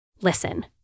Listen